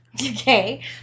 Okay